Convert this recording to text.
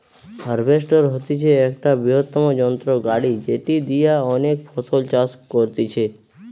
harvester হতিছে একটা বৃহত্তম যন্ত্র গাড়ি যেটি দিয়া অনেক ফসল চাষ করতিছে